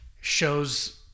shows